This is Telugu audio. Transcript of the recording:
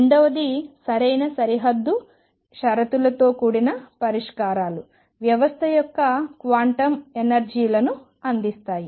రెండవది సరైన సరిహద్దు షరతులతో కూడిన పరిష్కారాలు వ్యవస్థ యొక్క క్వాంటం ఎనర్జీ లను అందిస్తాయి